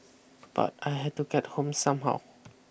but I had to get home somehow